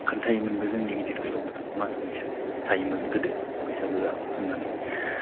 खोनथायोमोनबो जोंनि गिदिर गोलावफोरा मास मोनसे थायोमोन गोदो बैसागोआ होननानै